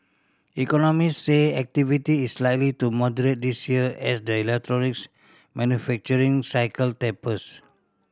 economists say activity is likely to moderate this year as the electronics manufacturing cycle tapers